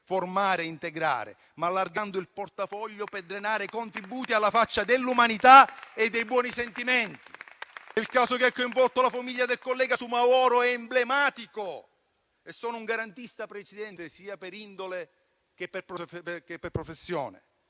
formare e integrare, ma il portafogli per drenare contributi alla faccia dell'umanità e dei buoni sentimenti. Il caso che ha coinvolto la famiglia del collega Soumahoro è emblematico. Sono un garantista sia per indole sia per professione,